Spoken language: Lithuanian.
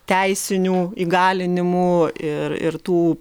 teisinių įgalinimų ir ir tų